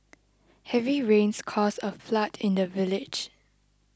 heavy rains caused a flood in the village